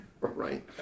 Right